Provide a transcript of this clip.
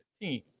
team